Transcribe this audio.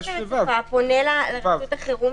הוא פונה לרשויות החירום.